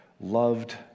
loved